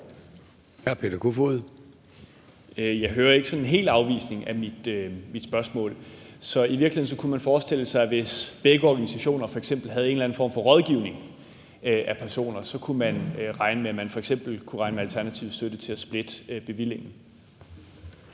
Jeg hører ikke sådan helt en afvisning af mit spørgsmål. Så kunne man i virkeligheden forestille sig, at hvis begge organisationer f.eks. havde en eller anden form for rådgivning af personer, kunne man regne med Alternativets støtte til at splitte bevillingen